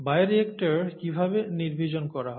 bioreactor কীভাবে নির্বীজন করা হয়